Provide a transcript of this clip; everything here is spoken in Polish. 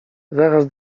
zaraz